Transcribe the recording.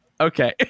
okay